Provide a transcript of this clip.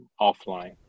offline